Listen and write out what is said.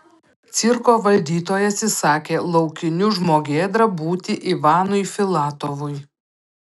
cirko valdytojas įsakė laukiniu žmogėdra būti ivanui filatovui